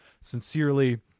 Sincerely